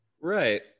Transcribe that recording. Right